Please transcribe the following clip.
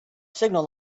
signal